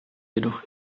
jedoch